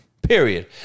Period